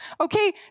Okay